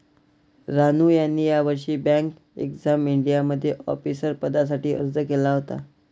रानू यांनी यावर्षी bank exam इंडियामध्ये ऑफिसर पदासाठी अर्ज केला होता